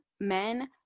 men